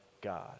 God